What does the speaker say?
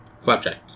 Flapjack